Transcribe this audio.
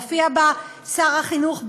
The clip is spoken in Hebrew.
הופיע בה שר החינוך בנט,